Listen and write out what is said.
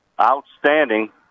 outstanding